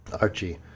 Archie